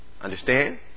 Understand